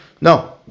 No